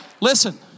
Listen